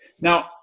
Now